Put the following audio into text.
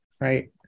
right